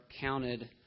counted